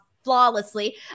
flawlessly